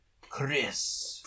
Chris